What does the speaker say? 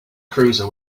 cruiser